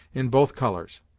in both colours.